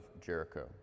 Jericho